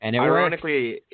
Ironically